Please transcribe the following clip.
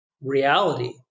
reality